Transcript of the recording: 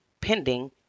pending